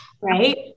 right